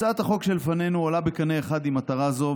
הצעת החוק שלפנינו עולה בקנה אחד עם מטרה זו,